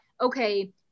okay